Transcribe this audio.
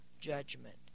judgment